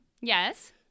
Yes